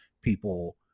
people